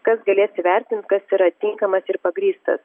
kas galės įvertint kas yra tinkamas ir pagrįstas